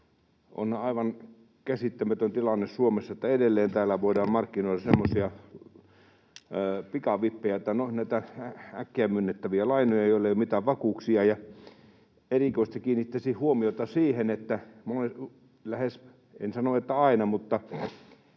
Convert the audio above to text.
On aivan käsittämätön tilanne Suomessa, että edelleen täällä voidaan markkinoida semmoisia pikavippejä, näitä äkkiä myönnettäviä lainoja, joille ei ole mitään vakuuksia. Erikoisesti kiinnittäisin huomiota siihen, että lähes, en sano, että aina, mutta